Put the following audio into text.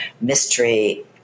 mystery